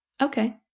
Okay